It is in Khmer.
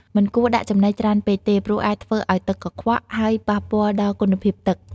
មិនគួរដាក់ចំណីច្រើនពេកទេ ព្រោះអាចធ្វើឲ្យទឹកកខ្វក់ ហើយប៉ះពាល់ដល់គុណភាពទឹក។